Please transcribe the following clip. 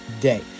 day